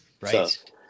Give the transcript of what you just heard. Right